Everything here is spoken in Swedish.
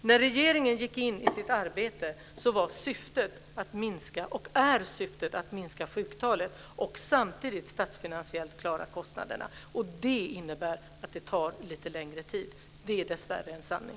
När regeringen gick in i arbetet var syftet att minska sjuktalet och samtidigt klara kostnaderna statsfinansiellt, och det är det fortfarande. Det innebär att det tar lite längre tid. Det är dessvärre en sanning.